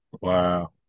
Wow